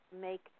make